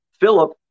Philip